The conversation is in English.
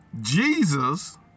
Jesus